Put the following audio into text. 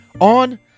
on